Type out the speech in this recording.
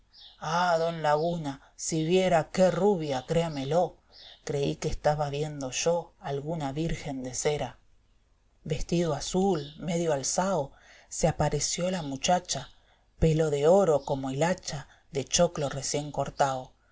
ah don laguna si viera qué rubia oréamelo creí que estaba viendo yo alguna virgen de cera vestido azul medio akao se apareció la muchacha pelo de oro como hilacha de choclo recién cortao